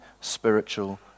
spiritual